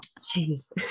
Jeez